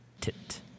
Tit